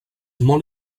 molt